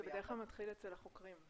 זה בדרך כלל מתחיל אצל החוקרים.